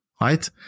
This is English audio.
right